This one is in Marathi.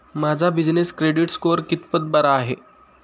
माझा बिजनेस क्रेडिट स्कोअर कितपत बरा आहे?